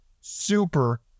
Super